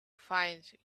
find